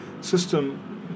system